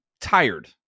tired